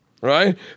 right